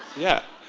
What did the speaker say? yeah.